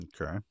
Okay